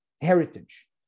heritage